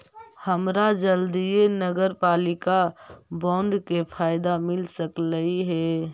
हमरा जल्दीए नगरपालिका बॉन्ड के फयदा मिल सकलई हे